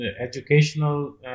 educational